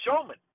showman